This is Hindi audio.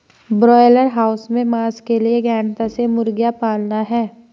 ब्रॉयलर हाउस में मांस के लिए गहनता से मुर्गियां पालना है